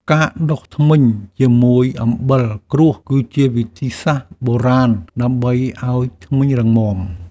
ការដុសធ្មេញជាមួយអំបិលគ្រួស គឺជាវិធីសាស្ត្របុរាណដើម្បីឱ្យធ្មេញរឹងមាំ។